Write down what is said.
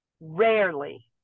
rarely